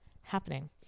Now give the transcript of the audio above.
happening